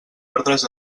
ordres